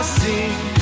sing